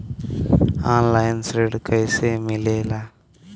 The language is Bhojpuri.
ऑनलाइन ऋण कैसे मिले ला?